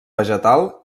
vegetal